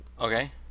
okay